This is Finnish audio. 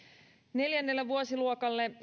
neljännelle vuosiluokalle